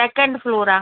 second floor आहे